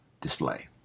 display